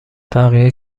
بقیه